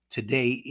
Today